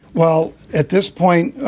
well, at this point, ah